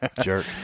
Jerk